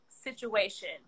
situation